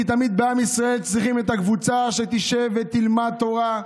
כי תמיד בעם ישראל צריכים את הקבוצה שתשב ותלמד תורה,